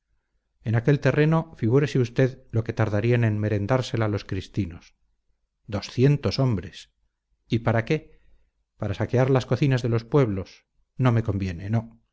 en aquel terreno figúrese usted lo que tardarían en merendársela los cristinos doscientos hombres y para qué para saquear las cocinas de los pueblos no me conviene no